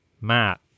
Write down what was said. Matt